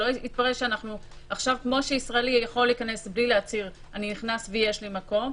שלא יתפרש שכמו שישראלי יכול להיכנס בלי להצהיר: אני נכנס ויש לי מקום,